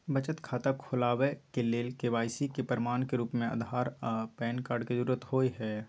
बचत खाता खोलाबय के लेल के.वाइ.सी के प्रमाण के रूप में आधार आर पैन कार्ड के जरुरत होय हय